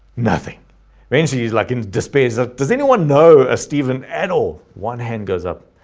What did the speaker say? nothing eventually he is like in displays. ah does anyone know a steven at all? one hand goes up,